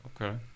Okay